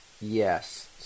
Yes